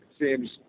seems